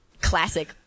Classic